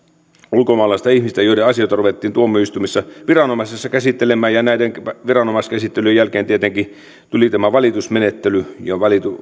ulkomaalaista ihmistä joiden asioita ruvettiin viranomaisissa käsittelemään ja näiden viranomaiskäsittelyjen jälkeen tietenkin tuli tämä valitusmenettely ja